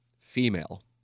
Female